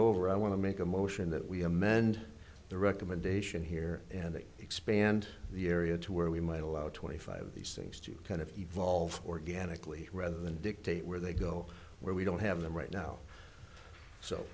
over i want to make a motion that we amend the recommendation here and expand the area to where we might allow twenty five of these things to kind of evolve organically rather than dictate where they go where we don't have them right now so